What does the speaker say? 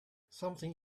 something